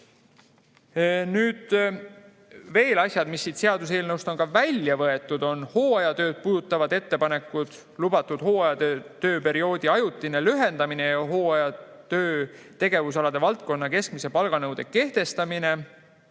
Nüüd asjad, mis siit seaduseelnõust on välja võetud, on hooajatööd puudutavad ettepanekud: lubatud hooajatöö tööperioodi ajutine lühendamine ja hooajatöö tegevusaladele valdkonna keskmise palga nõude kehtestamine,